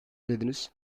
dediniz